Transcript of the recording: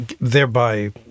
thereby